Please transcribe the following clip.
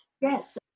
Yes